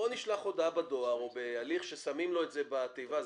בוא נשלח הודעה בדואר או בהליך ששמים לו את זה בתיבה.